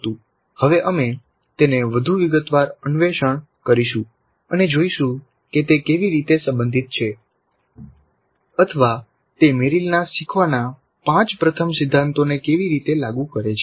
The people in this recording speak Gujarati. હવે અમે તેને વધુ વિગતવાર અન્વેષણ કરીશું અને જોઈશું કે તે કેવી રીતે સંબંધિત છે અથવા તે મેરિલના શીખવાના પાંચ પ્રથમ સિદ્ધાંતોને કેવી રીતે લાગુ કરે છે